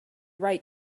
write